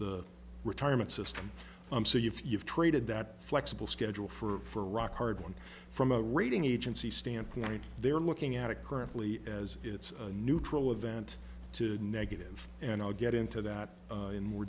the retirement system so you've traded that flexible schedule for a rock hard one from a rating agency standpoint they're looking at it currently as it's a neutral event to negative and i'll get into that in more